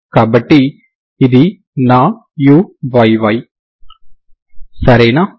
కాబట్టి ఇది నా uyy సరేనా